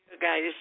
guys